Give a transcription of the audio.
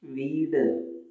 വീട്